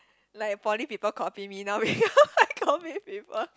like poly people copy me now because I copy people